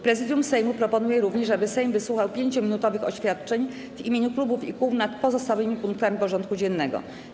Prezydium Sejmu proponuje również, aby Sejm wysłuchał 5-minutowych oświadczeń w imieniu klubów i kół nad pozostałymi punktami porządku dziennego.